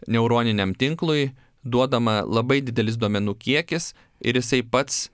neuroniniam tinklui duodama labai didelis duomenų kiekis ir jisai pats